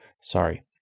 Sorry